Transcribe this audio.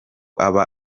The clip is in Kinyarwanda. aba